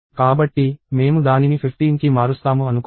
కాబట్టి మేము దానిని 15 కి మారుస్తాము అనుకుందాం